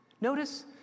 Notice